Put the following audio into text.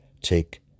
take